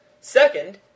Second